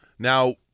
Now